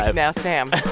ah now, sam.